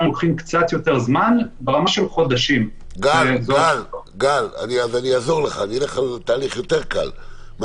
יכול להיות 12. מתי יוצא התזכיר שלכם לציבור?